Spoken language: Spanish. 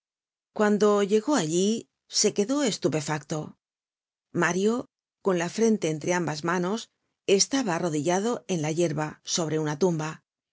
cuando llegó allí se quedó estupefacto mario con la frente entre ambas manos estaba arrodillado en la yerba sobre una tumba